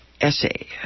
essay